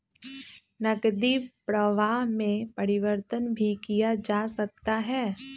नकदी प्रवाह में परिवर्तन भी किया जा सकता है